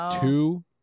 Two